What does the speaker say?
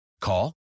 Call